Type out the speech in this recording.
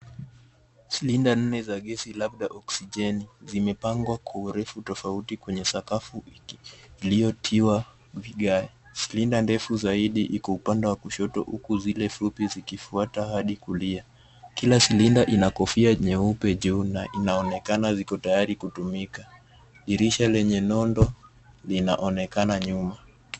Silinda nne za gesi labda oksijeni, zimepangwa kwa urefu tofauti kwenye sakafu iliyotiwa vigae. Silinda ndefu zaidi iko upande wa kushoto, huku zile fupi zikifuata hadi kulia. Kila silinda ina kofia nyeupe juu na inaonekana ziko tayari kutumika. Dirisha lenye nondo linaonekana nyuma.